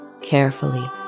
carefully